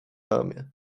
ramię